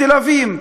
בתל-אביב,